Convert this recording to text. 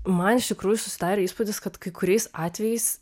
man iš tikrųjų susidarė įspūdis kad kai kuriais atvejais